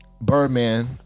Birdman